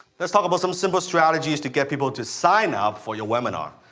let's talk about some simple strategies to get people to sign up for your webinar.